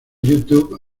youtube